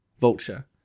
vulture